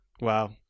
Wow